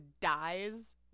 dies